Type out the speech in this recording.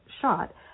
shot